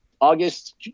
August